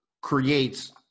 creates